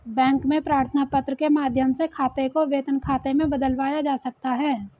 bank में प्रार्थना पत्र के माध्यम से खाते को वेतन खाते में बदलवाया जा सकता है